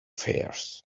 fears